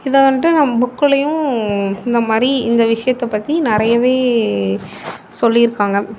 இதை வந்துட்டு நம்ம புக்கிலையும் இந்த மாதிரி இந்த விஷயத்தை பற்றி நிறையவே சொல்லியிருக்காங்க